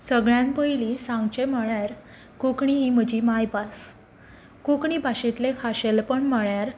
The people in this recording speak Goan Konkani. सगळ्यांत पयलीं सांगचें म्हळ्यार कोंकणी ही म्हजी मायभास कोंकणी भाशेंतलें खाशेलपण म्हळ्यार